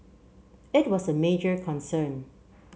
it was a major concern